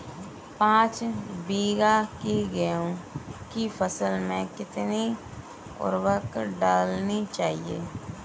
पाँच बीघा की गेहूँ की फसल में कितनी उर्वरक डालनी चाहिए?